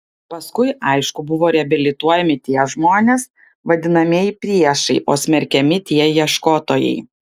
paskui aišku buvo reabilituojami tie žmonės vadinamieji priešai o smerkiami tie ieškotojai